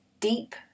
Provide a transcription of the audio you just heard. deep